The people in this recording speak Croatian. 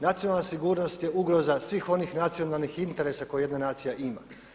Nacionalna sigurnost je ugroza svih onih nacionalnih interesa koje jedna nacija ima.